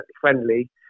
friendly